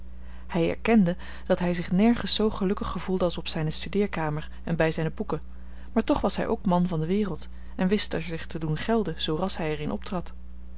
hij erkende dat hij zich nergens zoo gelukkig gevoelde als op zijne studeerkamer en bij zijne boeken maar toch was hij ook man van de wereld en wist er zich te doen gelden zoo ras hij er